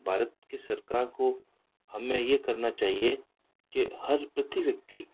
भारत की सरकार को हमें ये करना चाहिए कि हर प्रति व्यक्ति